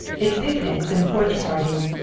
its picnics and porch parties,